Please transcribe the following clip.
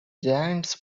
giants